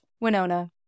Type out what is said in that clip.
Winona